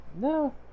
No